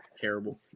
terrible